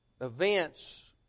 events